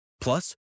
Plus